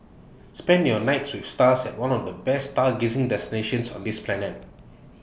spend your nights with stars at one of the best stargazing destinations on this planet